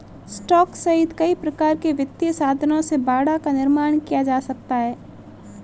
stock सहित कई प्रकार के वित्तीय साधनों से बाड़ा का निर्माण किया जा सकता है